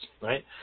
right